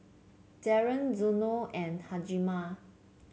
Darryn Zeno and Hjalmar